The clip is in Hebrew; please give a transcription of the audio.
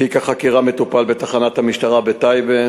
תיק החקירה מטופל בתחנת המשטרה בטייבה